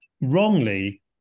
wrongly